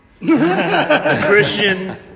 Christian